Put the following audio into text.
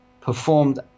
performed